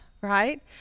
right